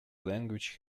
language